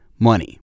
Money